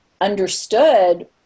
understood